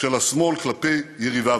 של השמאל כלפי יריביו.